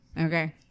okay